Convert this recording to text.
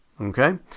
Okay